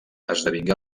esdevingué